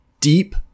deep